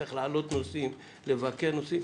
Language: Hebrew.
צריך להעלות נושאים, לבקר נושאים.